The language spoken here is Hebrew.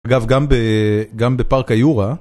אגב, גם בפארק היורה.